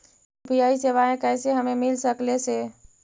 UPI सेवाएं कैसे हमें मिल सकले से?